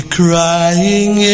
crying